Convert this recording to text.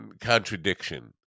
contradiction